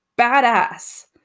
badass